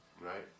right